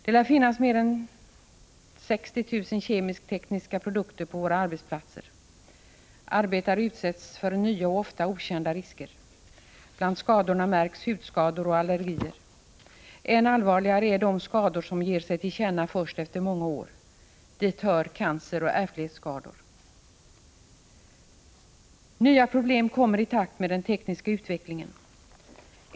Det lär finnas mer än 60 000 kemisk-tekniska produkter på våra arbetsplatser. Arbetare utsätts för nya och ofta okända risker. Bland skadorna märks hudskador och allergier. Än allvarligare är de skador som ger sig till känna först efter många år. Dit hör cancer och ärftlighetsskador. Nya problem uppkommer i takt med den tekniska utvecklingen.